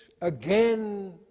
again